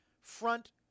front